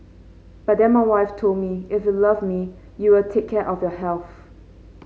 but then my wife told me if you love me you will take care of your health